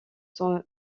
sont